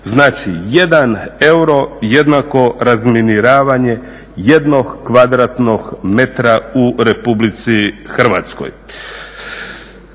Znači 1 euro jednako razminiravanje 1 kvadratnog metra u Republici Hrvatskoj.